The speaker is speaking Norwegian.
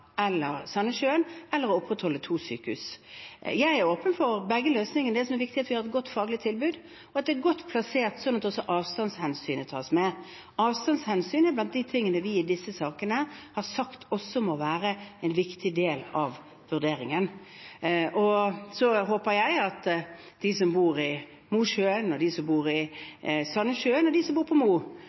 eller å opprettholde to sykehus. Jeg er åpen for begge løsningene. Det som er viktig, er at vi har et godt faglig tilbud, og at det er godt plassert, sånn at også avstandshensynet tas med. Avstandshensyn er blant de tingene vi i disse sakene har sagt også må være en viktig del av vurderingen. Så håper jeg at de som bor i Mosjøen, de som bor i Sandnessjøen, og de som bor på Mo,